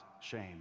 shame